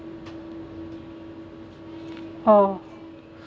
orh